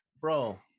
bro